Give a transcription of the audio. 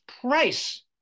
price